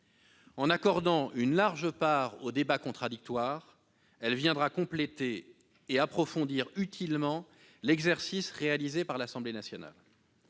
En accordant une large part au débat contradictoire, elle complétera et approfondira utilement l'exercice réalisé par l'Assemblée nationale.